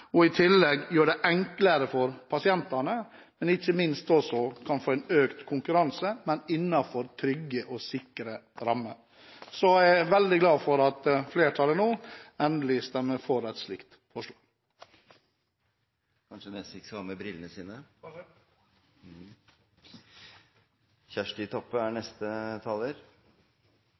og i tillegg gjør det enklere for pasientene, men ikke minst at vi også kan få en økt konkurranse, innenfor trygge og sikre rammer. Så jeg er veldig glad for at flertallet nå endelig stemmer for et slikt forslag.